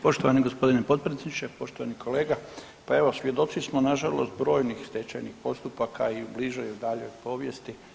Poštovani gospodine potpredsjedniče, poštovani kolega, pa evo svjedoci smo nažalost brojnih stečajnih postupaka i u bližoj i u daljoj povijesti.